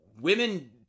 women